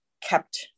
kept